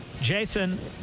Jason